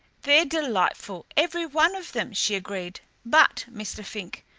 they're delightful, every one of them, she agreed, but, mr. fink,